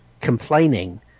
complaining